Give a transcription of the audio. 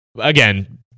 again